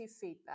feedback